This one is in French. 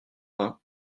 vingt